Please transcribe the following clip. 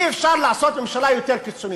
אי-אפשר לעשות ממשלה יותר קיצונית,